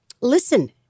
listen